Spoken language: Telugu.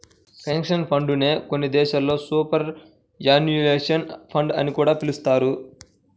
పెన్షన్ ఫండ్ నే కొన్ని దేశాల్లో సూపర్ యాన్యుయేషన్ ఫండ్ అని కూడా పిలుస్తారు